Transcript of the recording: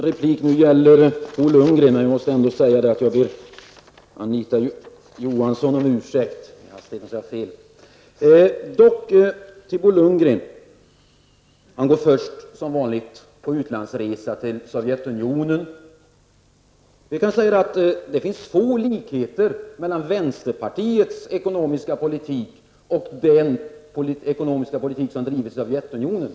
Herr talman! Bo Lundgren tar som vanligt först upp utlandsresor till Sovjetunionen. Det finns få likheter mellan vänsterpartiets ekonomiska politik och den ekonomiska politik som har drivits i Sovjetunionen.